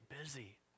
busy